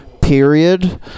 period